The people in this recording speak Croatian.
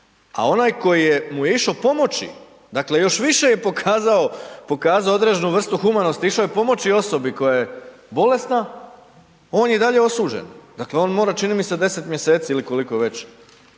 a onaj koji mu je išao pomoći, dakle, još više je pokazao određenu vrstu humanosti, išao je pomoći osobi koja je bolesna, on je i dalje osuđen, dakle, on mora čini mi se 10. mjeseci ili koliko već,